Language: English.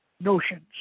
notions